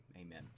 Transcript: amen